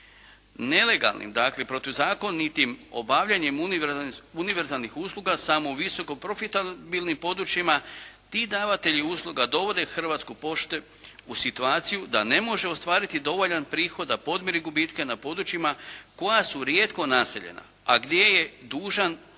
Nelegalnim, dakle protuzakonitim obavljanjem univerzalnih usluga samo u visoko profitabilnim područjima, ti davatelji usluga dovode Hrvatsku poštu u situaciju da ne može ostvariti dovoljan prihod da podmiri gubitke na područjima koja su rijetko naseljena, a gdje je dužan osigurati